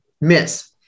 miss